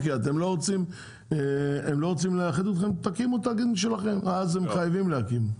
הם לא רוצים לאחד אתכם תקימו תאגיד משלכם אז הם חייבים להקים,